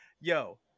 yo